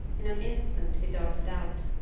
in an instant he darted out.